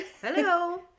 Hello